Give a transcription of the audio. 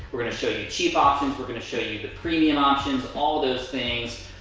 we're gonna show you cheap options, we're gonna show you the premium options all those things.